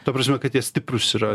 ta prasme kad jie stiprūs yra